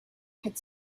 had